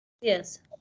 Yes